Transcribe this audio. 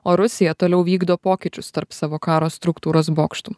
o rusija toliau vykdo pokyčius tarp savo karo struktūros bokštų